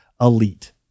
elite